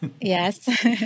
Yes